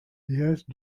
déesse